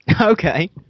Okay